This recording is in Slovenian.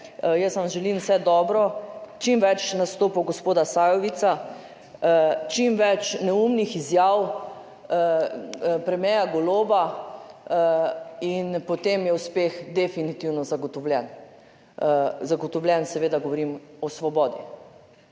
Jaz vam želim vse dobro. Čim več nastopov gospoda Sajovica, čim več neumnih izjav, premierja Goloba in potem je uspeh definitivno zagotovljen, zagotovljen, seveda govorim o svobodi.